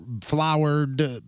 flowered